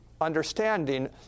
understanding